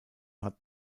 hat